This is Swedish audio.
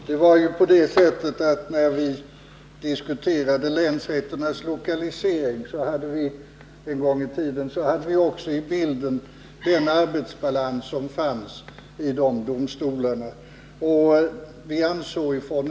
Herr talman! När vi en gång i tiden diskuterade länsrätternas lokalisering hade vi också med i bilden dessa domstolars arbetsbalans.